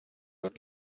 und